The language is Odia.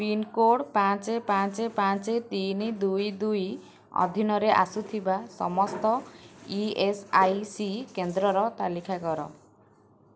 ପିନ୍କୋଡ଼୍ ପାଞ୍ଚ ପାଞ୍ଚ ପାଞ୍ଚ ତିନି ଦୁଇ ଦୁଇ ଅଧୀନରେ ଆସୁଥିବା ସମସ୍ତ ଇ ଏସ୍ ଆଇ ସି କେନ୍ଦ୍ରର ତାଲିକା କର